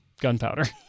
gunpowder